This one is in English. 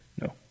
No